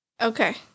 okay